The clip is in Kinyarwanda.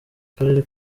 karere